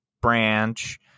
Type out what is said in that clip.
Branch